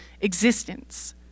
existence